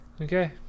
Okay